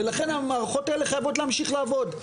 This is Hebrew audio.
והמערכות האלה חייבות להמשיך לעבוד.